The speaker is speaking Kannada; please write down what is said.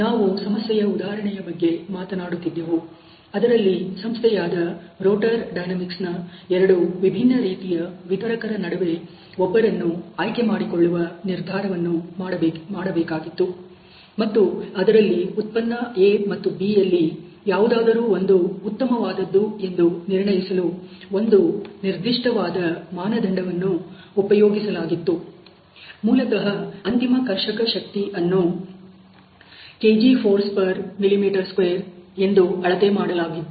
ನಾವು ಸಮಸ್ಯೆಯ ಉದಾಹರಣೆಯ ಬಗ್ಗೆ ಮಾತನಾಡುತ್ತಿದ್ದೆವು ಅದರಲ್ಲಿ ಸಂಸ್ಥೆಯಾದ ರೋಟರ್ ಡೈನಮಿಕ್ಸ್'ನ ಎರಡು ವಿಭಿನ್ನ ರೀತಿಯ ವಿತರಕರ ನಡುವೆ ಒಬ್ಬರನ್ನು ಆಯ್ಕೆ ಮಾಡಿಕೊಳ್ಳುವ ನಿರ್ಧಾರವನ್ನು ಮಾಡಬೇಕಾಗಿತ್ತು ಮತ್ತು ಅದರಲ್ಲಿ ಉತ್ಪನ್ನ A ಮತ್ತು B ಯಲ್ಲಿ ಯಾವುದಾದರೂ ಒಂದು ಉತ್ತಮವಾದದ್ದು ಎಂದು ನಿರ್ಣಯಿಸಲು ಒಂದು ನಿರ್ದಿಷ್ಟವಾದ ಮಾನದಂಡವನ್ನು ಉಪಯೋಗಿಸಲಾಗಿತ್ತು ಮೂಲತಹ ಅಂತಿಮ ಕರ್ಷಕ ಶಕ್ತಿ ಅನ್ನು kgfmm2 ಎಂದು ಅಳತೆ ಮಾಡಲಾಗಿತ್ತು